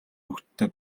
хүүхэдтэй